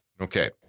Okay